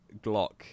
Glock